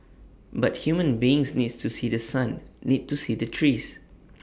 but human beings needs to see The Sun need to see the trees